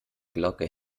glocke